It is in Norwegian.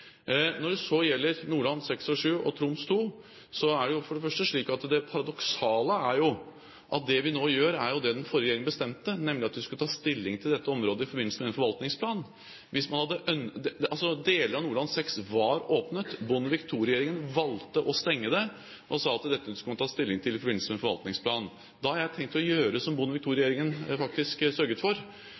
Når det så gjelder Nordland VI og VII og Troms II, er jo det paradoksale at det vi nå gjør, er det den forrige regjeringen bestemte, nemlig at vi skulle ta stilling til dette området i forbindelse med en forvaltningsplan. Deler av Nordland VI var åpnet, Bondevik II-regjeringen valgte å stenge det og sa at dette skulle man ta stilling til i forbindelse med en forvaltningsplan. Da har jeg tenkt å gjøre som Bondevik II-regjeringen faktisk sørget for: